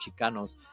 Chicanos